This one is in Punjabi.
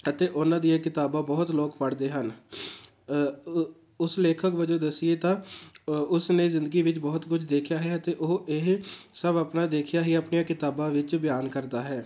ਅਤੇ ਉਹਨਾਂ ਦੀਆਂ ਕਿਤਾਬਾਂ ਬਹੁਤ ਲੋਕ ਪੜ੍ਹਦੇ ਹਨ ਉਸ ਲੇਖਕ ਵਜੋਂ ਦੱਸੀਏ ਤਾਂ ਉਸ ਨੇ ਜ਼ਿੰਦਗੀ ਵਿੱਚ ਬਹੁਤ ਕੁਝ ਦੇਖਿਆ ਹੈ ਅਤੇ ਉਹ ਇਹ ਸਭ ਆਪਣਾ ਦੇਖਿਆ ਹੀ ਆਪਣੀਆਂ ਕਿਤਾਬਾਂ ਵਿੱਚ ਬਿਆਨ ਕਰਦਾ ਹੈ